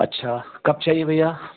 अच्छा कब चाहिए भैया